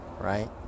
right